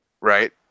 Right